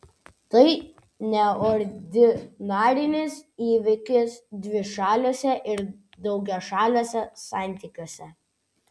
tai neordinarinis įvykis dvišaliuose ir daugiašaliuose santykiuose